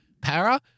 para